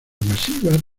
masivas